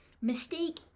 Mistake